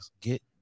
get